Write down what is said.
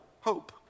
hope